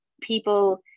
people